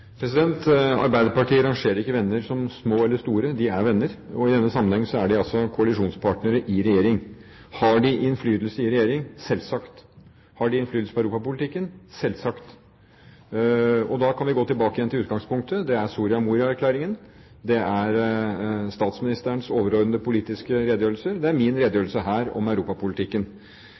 Arbeiderpartiet rangerer ikke venner som små eller store. De er venner, og i denne sammenhengen er de altså koalisjonspartnere i regjering. Har de innflytelse i regjering? Selvsagt. Har de innflytelse på europapolitikken? Selvsagt. Da kan vi gå tilbake igjen til utgangspunktet: Det er Soria Moria-erklæringen, det er statsministerens overordnede politiske redegjørelser, og det er min redegjørelse her om europapolitikken.